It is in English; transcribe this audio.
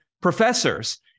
professors